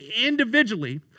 individually